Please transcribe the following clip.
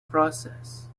process